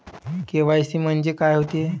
KYC म्हंनजे का होते?